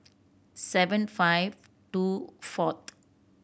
seven five two fourth